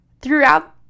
throughout